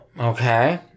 okay